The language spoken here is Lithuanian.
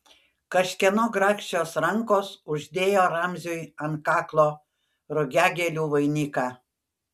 kažkieno grakščios rankos uždėjo ramziui ant kaklo rugiagėlių vainiką